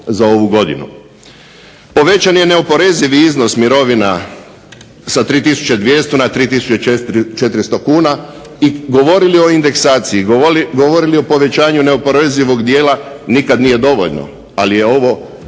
za ovu godinu. Povećan je neoporezivi iznos mirovina sa 3200 na 3400 kuna i govorili o indeksakciji, govorili o povećanju neoporezivog dijela nikad nije dovoljno ali je ovo